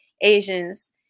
Asians